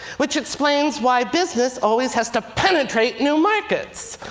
which explains why business always has to penetrate new markets.